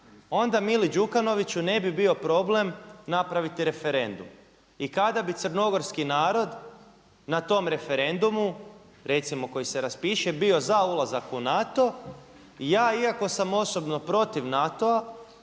onda Mili Đukanoviću ne bi bio problem napraviti referendum. I kad bi crnogorski narod na tom referendumu recimo koji se raspiše bio za ulazak u NATO i ja iako sam osobno protiv NATO-a